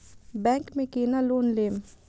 Bank में केना loan लेम?